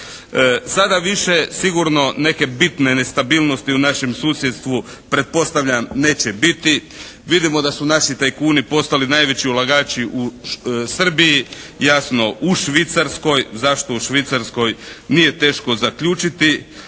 Sada više sigurno neke bitne nestabilnosti u našem susjedstvu pretpostavljam neće biti. Vidimo da su naši tajkuni postali najveći ulagači u Srbiji, jasno u Švicarskoj. Zašto u Švicarskoj nije teško zaključiti.